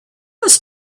was